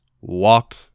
walk